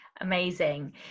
Amazing